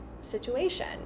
situation